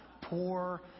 poor